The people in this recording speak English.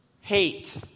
Hate